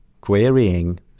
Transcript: querying